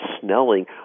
Snelling